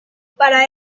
para